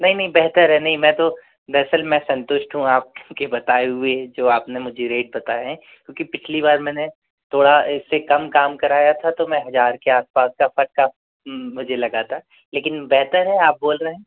नहीं नहीं बेहतर है नहीं मैं तो दरअसल में मैं संतुष्ट हूँ आपके बताएँ हुए जो आपने मुझे रेट बताएँ हैं क्योंकि पिछली बार मैंने थोड़ा ऐसे कम काम कराया था तो मैं हज़ार के आस पास का फटका मुझे लगा था लेकिन बेहतर है आप बोल रहे हैं